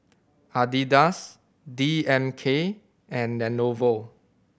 Adidas D M K and Lenovo